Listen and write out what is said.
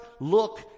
look